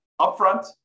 upfront